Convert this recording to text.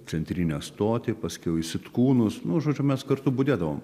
centrinę stotį paskiau į sitkūnus nu žodžiu mes kartu budėdavom